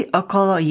okolo